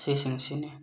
ꯁꯤꯁꯤꯡꯁꯤꯅꯤ